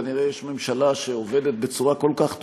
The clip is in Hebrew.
כנראה יש ממשלה שעובדת בצורה כל כך טובה,